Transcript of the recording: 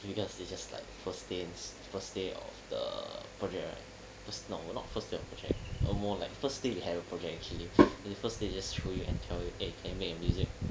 because it's just like first day first day of the project right first no not first day of project uh more like first thing we had the project then they first thing they just throw you and tell you eh can you make your music